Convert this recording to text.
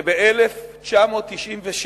שב-1997,